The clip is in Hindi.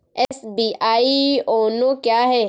एस.बी.आई योनो क्या है?